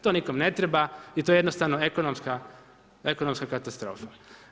To nikome ne treba i to je jednostavno ekonomska katastrofa.